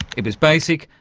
it was basic,